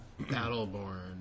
Battleborn